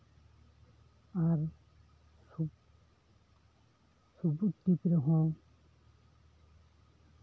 ᱟᱨ ᱥᱩᱯ ᱥᱩᱵᱩᱡᱽ ᱫᱤᱯ ᱨᱮᱦᱚᱸ